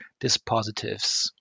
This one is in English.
Dispositives